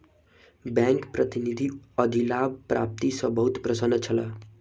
bank प्रतिनिधि अधिलाभ प्राप्ति सॅ बहुत प्रसन्न छला